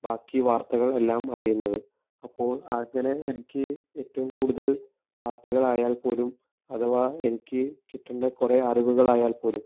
ബാക്കി വാർത്തകൾ എല്ലാം അറിയുന്നത് അപ്പോൾ അങ്ങനെ എനിക്ക് ഏറ്റവും കൂടുതൽ വാർത്തകളായാൽ പോലും അഥവാ എനിക്ക് കിട്ടേണ്ട കുറേ അറിവുകൾ ആയാൽ പോലും